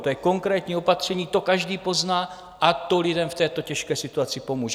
To je konkrétní opatření, to každý pozná a to lidem v této těžké situaci pomůže.